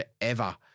forever